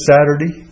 Saturday